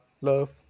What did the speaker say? love